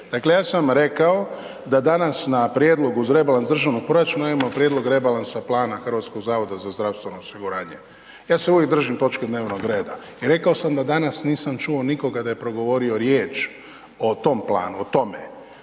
Dakle ja sam rekao da danas na prijedlog uz rebalans državnog proračuna imamo prijedlog rebalansa plana HZZO-a. Ja se uvijek držim točke dnevnog reda i rekao sam da danas nisam čuo nikoga da je progovorio riječ o tom planu, o tome.